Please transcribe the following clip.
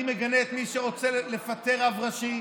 אני מגנה את מי שרוצה לפטר רב ראשי,